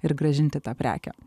ir grąžinti tą prekę